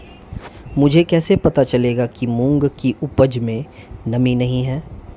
मुझे कैसे पता चलेगा कि मूंग की उपज में नमी नहीं है?